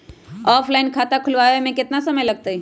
Offline खाता खुलबाबे में केतना समय लगतई?